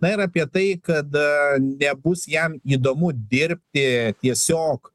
na ir apie tai kad bebus jam įdomu dirbti tiesiog